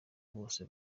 bose